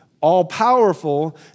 all-powerful